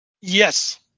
Yes